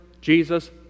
Jesus